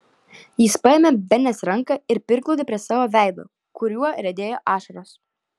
jis paėmė benės ranką ir priglaudė prie savo veido kuriuo riedėjo ašaros